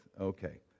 Okay